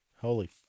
Holy